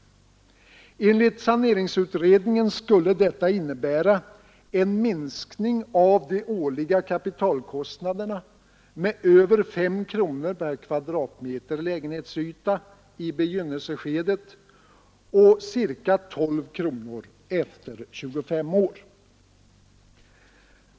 Enligt utredningen skulle detta innebära en minskning av de årliga kapitalkostnaderna med över 5 kronor per kvadratmeter lägenhetsyta i begynnelseskedet och ca 12 kronor efter 25 år.